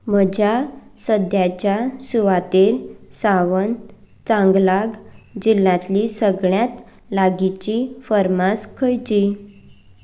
म्हज्या सद्याच्या सुवातेर सावन चांगलाग जिल्लांतली सगळ्यांत लागींची फर्मास खंयची